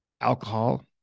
alcohol